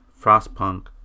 Frostpunk